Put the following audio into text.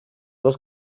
dos